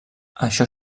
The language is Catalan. això